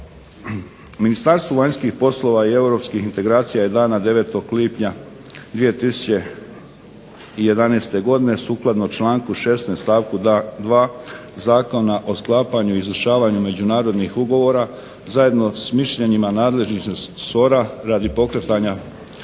Ministarstvo vanjskih poslova i europskih integracija je dana 9. lipnja 2011. godine sukladno članku 16. stavku 2. Zakona o sklapanju i izvršavanju međunarodnih ugovora zajedno s mišljenjima nadležnih resora radi pokretanja